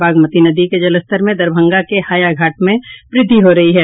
बागमती नदी के जलस्तर में दरभंगा के हायाघाट में वृद्धि हो रही है